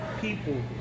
people